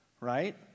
right